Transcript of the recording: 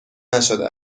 نشده